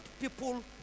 people